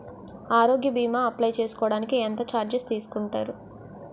ఆరోగ్య భీమా అప్లయ్ చేసుకోడానికి ఎంత చార్జెస్ తీసుకుంటారు?